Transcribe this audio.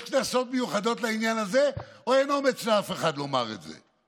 יש קנסות מיוחדים לעניין הזה או אין אומץ לאף אחד לומר את זה?